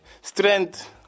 strength